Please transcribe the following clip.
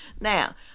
Now